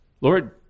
Lord